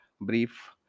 brief